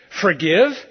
Forgive